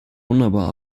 wunderbar